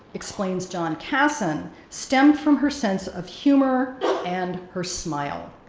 explains john kasson, stemmed from her sense of humor and her smile,